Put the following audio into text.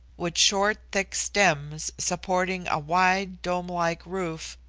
with short thick stems supporting a wide dome-like roof,